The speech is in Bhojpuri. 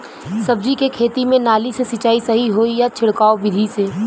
सब्जी के खेती में नाली से सिचाई सही होई या छिड़काव बिधि से?